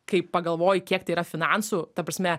kai pagalvoji kiek tai yra finansų ta prasme